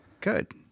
Good